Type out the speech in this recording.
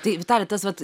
tai vitali tas vat